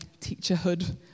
teacherhood